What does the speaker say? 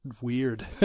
weird